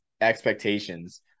expectations